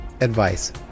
advice